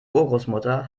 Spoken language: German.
urgroßmutter